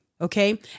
okay